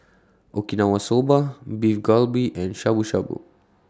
Okinawa Soba Beef Galbi and Shabu Shabu